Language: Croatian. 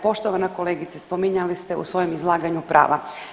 Poštovana kolegice, spominjali ste u svojem izlaganju prava.